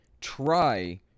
try